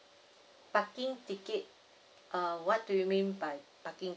parking ticket err what do you mean by parking